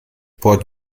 port